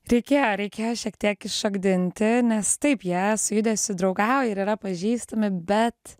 reikėjo reikėjo šiek tiek iššokdinti nes taip jie su judesiu draugauj ir yra pažįstami bet